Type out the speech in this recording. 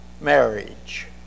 Marriage